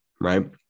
right